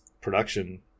production